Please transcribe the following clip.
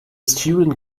student